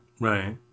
Right